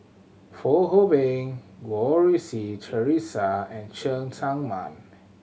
Fong Hoe Beng Goh Rui Si Theresa and Cheng Tsang Man